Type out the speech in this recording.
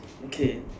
okay